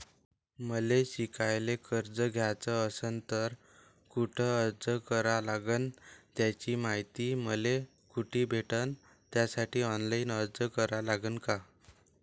मले शिकायले कर्ज घ्याच असन तर कुठ अर्ज करा लागन त्याची मायती मले कुठी भेटन त्यासाठी ऑनलाईन अर्ज करा लागन का?